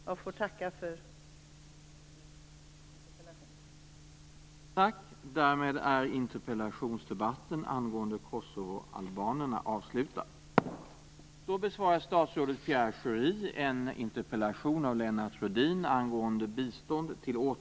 Jag får tacka för interpellationen!